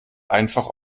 einfach